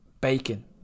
bacon